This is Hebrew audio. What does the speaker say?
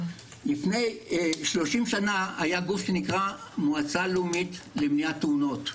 לפני 30 שנה היה גוף שנקרא המועצה הלאומית למניעת תאונות.